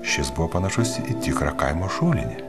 šis buvo panašus į tikrą kaimo šulinį